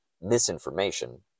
misinformation